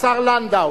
השר לנדאו.